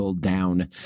Down